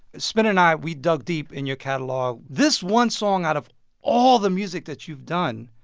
spin and i, we dug deep in your catalog. this one song, out of all the music that you've done,